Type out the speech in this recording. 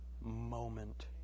moment